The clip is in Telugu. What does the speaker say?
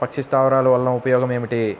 పక్షి స్థావరాలు వలన ఉపయోగం ఏమిటి?